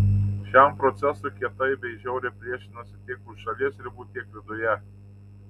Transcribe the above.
šiam procesui kietai bei žiauriai priešinasi tiek už šalies ribų tiek viduje